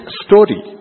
story